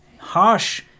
harsh